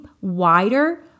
wider